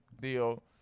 deal